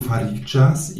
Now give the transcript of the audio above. fariĝas